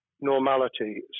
normality